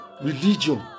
Religion